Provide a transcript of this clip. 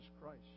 Christ